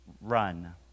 run